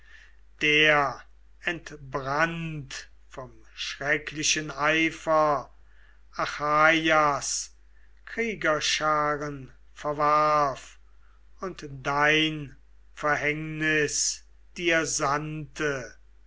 der entbrannt vom schrecklichen eifer achaias kriegerscharen verwarf und dein verhängnis dir sandte